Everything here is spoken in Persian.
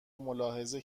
ملاحظه